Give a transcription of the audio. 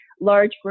large